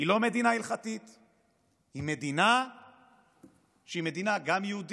היא לא מדינה הלכתית,